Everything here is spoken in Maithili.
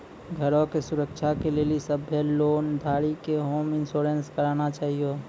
घरो के सुरक्षा के लेली सभ्भे लोन धारी के होम इंश्योरेंस कराना छाहियो